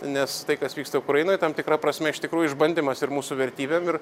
nes tai kas vyksta ukrainoj tam tikra prasme iš tikrųjų išbandymas ir mūsų vertybėm ir